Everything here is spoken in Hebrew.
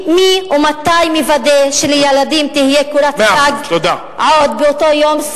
ומתי מוודא שלילדים תהיה קורת-גג עוד באותו יום,